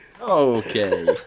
Okay